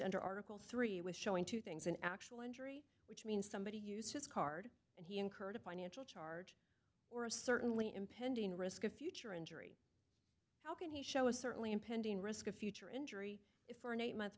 under article three with showing two things an actual injury which means somebody used his card and he incurred a financial charge or a certainly impending risk of future injury how can he show a certainly impending risk of future injury if for an eight month